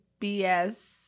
BS